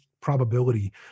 probability